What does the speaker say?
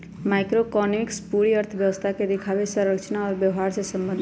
macroeconomics पूरी अर्थव्यवस्था के दिखावे, संरचना और व्यवहार से संबंधित हई